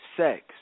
Sex